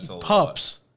pups